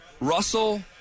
Russell